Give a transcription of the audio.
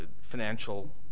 financial